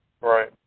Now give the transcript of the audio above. Right